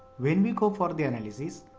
when we go for the analysis,